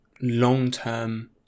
long-term